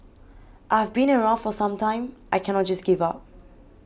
I've been around for some time I cannot just give up